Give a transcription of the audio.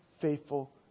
faithful